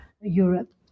Europe